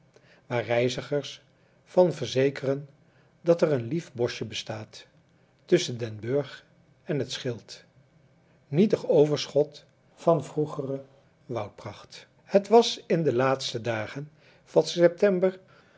waar reizigers van verzekeren dat er een lief boschje bestaat tusschen den burg en het schild nietig overschot van vroegere woudpracht het was in de laatste dagen van september